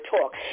talk